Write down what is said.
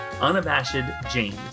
unabashedjames